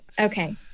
okay